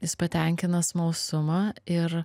jis patenkina smalsumą ir